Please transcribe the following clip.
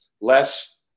less